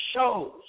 shows